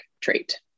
trait